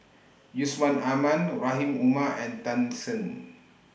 Yusman Aman Rahim Omar and Tan Shen